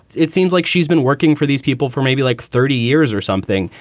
it seems like she's been working for these people for maybe like thirty years or something.